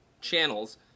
channels